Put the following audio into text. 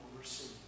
receive